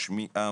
שמיעה,